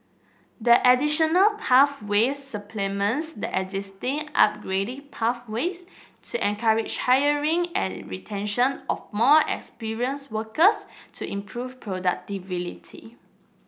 the additional pathway supplements the existing upgrading pathways to encourage hiring and retention of more experienced workers to improve